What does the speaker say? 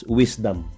wisdom